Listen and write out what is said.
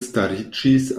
stariĝis